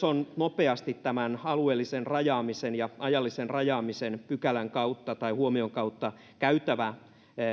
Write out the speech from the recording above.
on nopeasti tämän alueellisen rajaamisen ja ajallisen rajaamisen pykälän kautta tai huomion kautta käytettävä